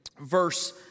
verse